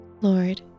Lord